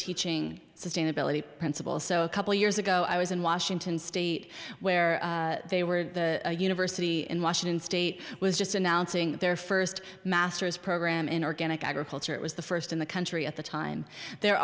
teaching sustainability principles so a couple of years ago i was in washington state where they were a university in washington state was just announcing their first master's program in organic agriculture it was the first in the country at the time there